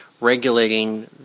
regulating